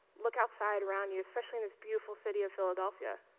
lookout side around you, especially in this beautiful city of philadelphia,